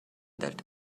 that